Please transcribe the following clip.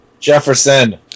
Jefferson